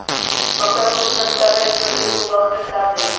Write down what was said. मक्का को कितना सूखा कर स्टोर करें की ओ बॉक्स में ख़राब नहीं हो?